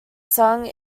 sung